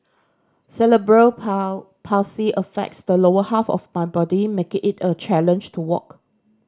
Cerebral Paul Palsy affects the lower half of my body making it a challenge to walk